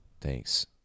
Thanks